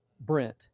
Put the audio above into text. Brent